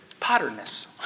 potterness